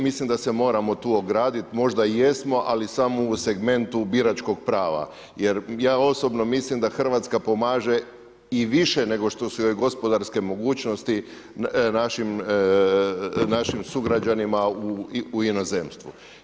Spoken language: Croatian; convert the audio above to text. Mislim da se moramo tu ograditi, možda i jesmo ali samo u segmentu biračkog prava jer ja osobno mislim da Hrvatska pomaže i više nego što su joj gospodarske mogućnosti našim sugrađanima u inozemstvu.